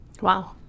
Wow